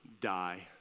die